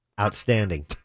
Outstanding